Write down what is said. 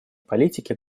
политике